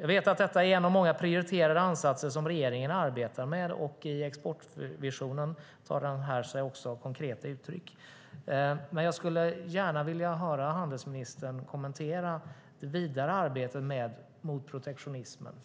Jag vet att detta är en av många prioriterade ansatser som regeringen arbetar med. Den tar sig konkreta uttryck i exportvisionen. Men jag skulle gärna vilja höra handelsministern kommentera det vidare arbetet mot protektionismen.